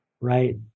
right